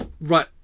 right